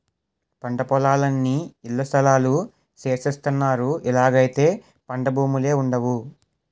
పంటపొలాలన్నీ ఇళ్లస్థలాలు సేసస్తన్నారు ఇలాగైతే పంటభూములే వుండవు